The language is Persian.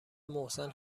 محسن